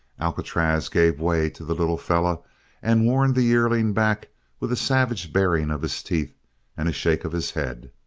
alcatraz gave way to the little fellow and warned the yearling back with a savage baring of his teeth and a shake of his head.